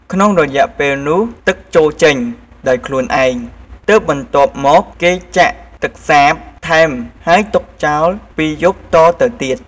ក្នុងរយៈពេលនោះទឹកជោរចេញដោយខ្លួនឯង ទើបបន្ទាប់មកគេចាក់ទឹកសាបថែមហើយទុកចោល២យប់តទៅទៀត។